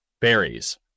Berries